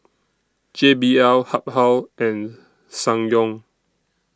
J B L Habhal and Ssangyong